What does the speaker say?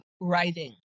writing